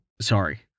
sorry